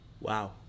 Wow